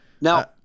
Now